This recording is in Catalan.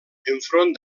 enfront